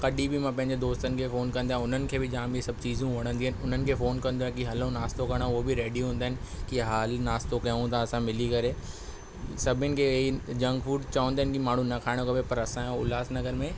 कॾहिं बि मां पंहिंजे दोस्तनि खे फ़ोन कंदो आहियां उन्हनि खे बि जाम ही सभु चीज़ूं जामु वणंदियुं आहिनि उन्हनि खे फ़ोन कंदो आहियां कि हलो नास्तो करण उहे बि रेडी हूंदा आहिनि कि हा हली नास्तो कयूं था असां मिली करे सभिनी खे ही जंक फूड चंवंदा आहिनि कि माण्हू न खाइण खपे पर असां जे उल्हासनगर में